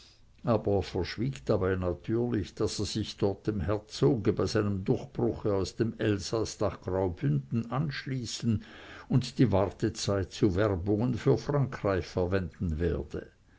aber verschwieg dabei natürlich daß er sich dort dem herzoge bei seinem durchbruche aus dem elsaß nach graubünden anschließen und die wartezeit zu werbungen für frankreich verwenden werde